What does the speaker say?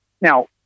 Now